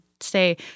say